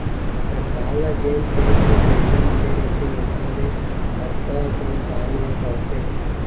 सरकार ल जेन टेक्स ले पइसा मिले रइथे ओकर ले अतका अकन काम ला करथे